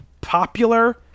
popular